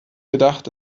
gedacht